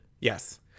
Yes